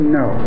no